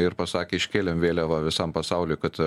ir pasakė iškėlėm vėliavą visam pasauliui kad